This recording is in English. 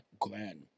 Glenn